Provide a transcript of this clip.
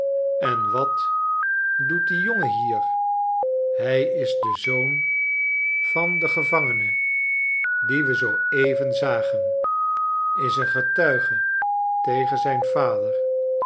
en wat doet die jongenhier hij is de zoon van den gevangene dien we zoo even zagen is een getuige tegen zijn vader